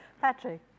Patrick